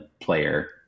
player